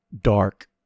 dark